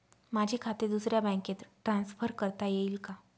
माझे खाते दुसऱ्या बँकेत ट्रान्सफर करता येईल का?